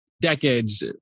decades